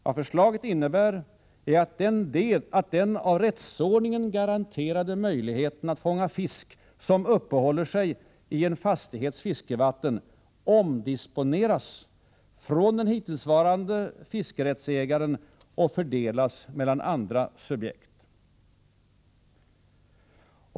Vad förslaget innebär är att ”den av rättsordningen garanterade möjligheten att fånga fisk som uppehåller sig i en fastighets fiskevatten omdisponeras från den hittillsvarande fiskerättsägaren och fördelas mellan andra subjekt”.